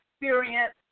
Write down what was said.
experience